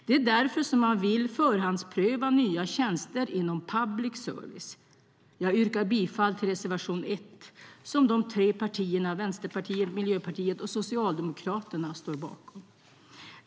Det är därför man vill förhandspröva nya tjänster inom public service. Jag yrkar bifall till reservation 1, som de tre partierna Vänsterpartiet, Miljöpartiet och Socialdemokraterna står bakom.